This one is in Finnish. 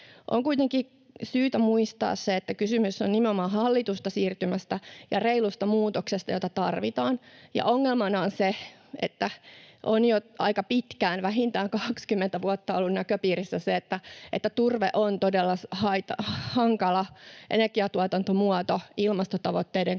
On kuitenkin syytä muistaa se, että kysymys on nimenomaan hallitusta siirtymästä ja reilusta muutoksesta, jota tarvitaan. Ongelmana on se, että jo aika pitkään, vähintään 20 vuotta, on ollut näköpiirissä se, että turve on todella hankala energiantuotantomuoto ilmastotavoitteiden kannalta.